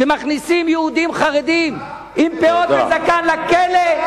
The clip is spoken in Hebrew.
שמכניסים יהודים חרדים עם פאות וזקן לכלא,